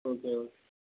okay